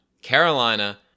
Carolina